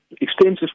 extensive